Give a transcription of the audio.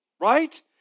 right